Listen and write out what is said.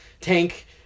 Tank